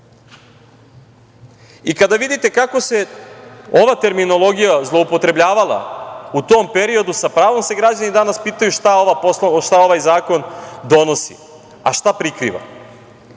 tajna. Kada vidite kako se ova terminologija zloupotrebljavala u tom periodu, sa pravom se građani danas pitaju šta ovaj zakon donosi, a šta prikriva? Kada